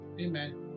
Amen